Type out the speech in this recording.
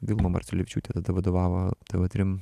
vilma marciulevičiūtė tada vadovavo tv trim